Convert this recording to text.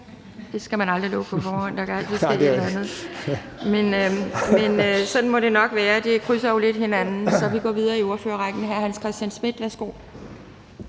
Det er rigtigt). Men sådan må det nok være, de krydser jo lidt hinanden, så vi går videre i spørgerækken. Hr. Hans Christian Schmidt, værsgo.